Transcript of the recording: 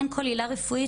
אין כל עילה רפואית,